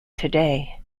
today